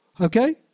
Okay